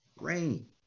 Rain